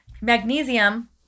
Magnesium